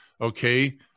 okay